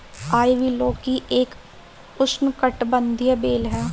ivy लौकी एक उष्णकटिबंधीय बेल है